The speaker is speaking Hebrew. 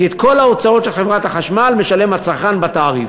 כי את כל ההוצאות של חברת החשמל משלם הצרכן בתעריף.